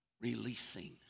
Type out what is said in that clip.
releasing